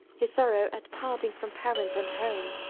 his sorrow at parting from parents and home,